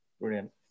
Brilliant